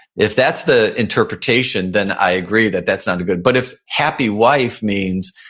if that's the interpretation, then i agree that that's not a good, but if happy wife means,